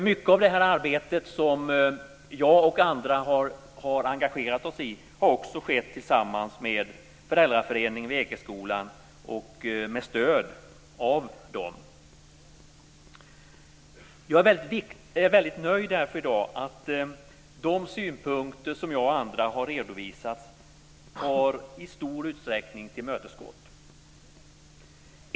Mycket av det arbete som jag och andra har engagerat oss i har också skett tillsammans med föräldraföreningen vid Ekeskolan och med stöd av den. Jag är därför väldigt nöjd att de synpunkter som jag och andra har redovisat i stor utsträckning har tillmötesgåtts.